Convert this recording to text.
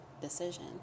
decision